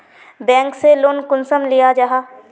Bank से loan कुंसम लिया जाहा?